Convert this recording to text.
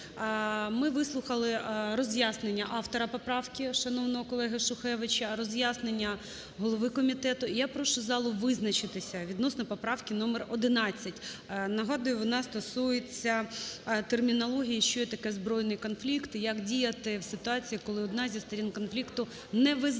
ми вислухали роз'яснення автора поправки шановного колегу Шухевича, роз'яснення голови комітету. І я прошу залу визначитися відносно поправки номер 11. Нагадую, вона стосується термінології, що є таке збройний конфлікт і як діяти в ситуації, коли одна зі сторін конфлікту не визнає